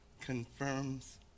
confirms